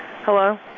Hello